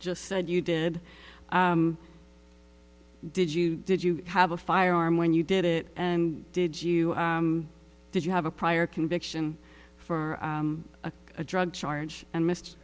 just said you did did you did you have a firearm when you did it and did you did you have a prior conviction for a drug charge and missed